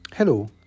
Hello